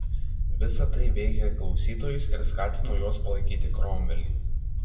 visa tai veikė klausytojus ir skatino juos palaikyti kromvelį